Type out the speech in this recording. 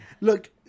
Look